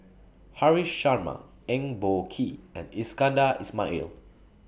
Haresh Sharma Eng Boh Kee and Iskandar Ismail